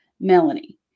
Melanie